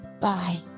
Bye